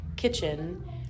kitchen